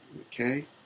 Okay